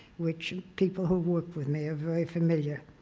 which people who work with me are very familiar.